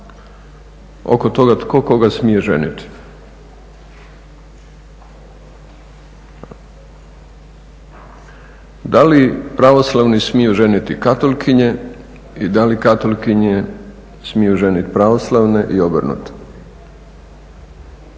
oko toga tko koga smije ženiti. Da li pravoslavni smiju ženiti katolkinje i da li katolkinje smiju ženiti pravoslavne i obrnuto.